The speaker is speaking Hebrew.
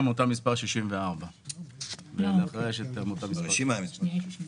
חוזרת אז נכנסתי לעומקו של עניין וראיתי שיש לה אישור ניהול תקין.